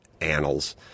annals